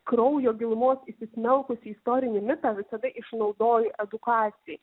kraujo gilumos įsismelkusį istorinį mitą visada išnaudoji edukacijai